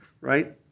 right